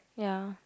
ya